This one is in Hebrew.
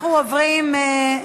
אנחנו עוברים,